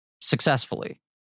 successfully